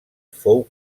fou